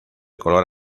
color